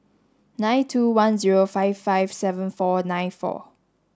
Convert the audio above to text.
nine two one zero five five seven four nine four